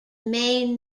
main